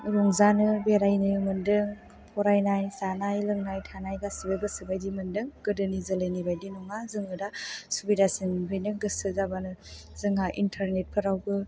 रंजानो बेरायनो मोन्दों फरायनाय जानाय लोंनाय थानाय गासिबो गोसोबादि मोन्दों गोदोनि जोलैबायदि नङा जों दा सुबिदासिन गोसो जाबानो जोंहा इन्टारनेटफोरावबो